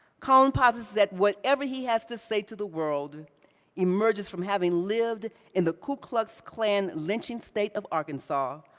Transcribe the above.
cone posits that whatever he has to say to the world emerges from having lived in the ku klux klan, lynching state of arkansas,